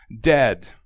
dead